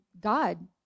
God